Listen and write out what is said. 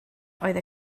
oedd